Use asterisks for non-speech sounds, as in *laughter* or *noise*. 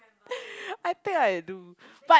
*laughs* I think I do but